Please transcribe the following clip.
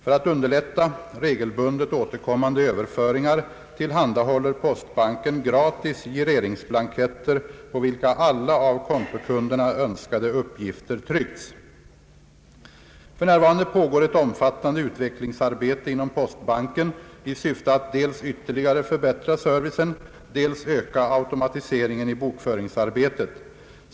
För att underlätta regelbundet återkommande överföringar tillhandahåller postbanken gratis gireringsblanketter, på vilka alla av kontokunderna önskade uppgifter tryckts. F. n. pågår ett omfattande utvecklingsarbete inom postbanken i syfte att dels ytterligare förbättra servicen, dels öka automatiseringen i bokföringsarbetet.